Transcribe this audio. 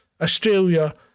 Australia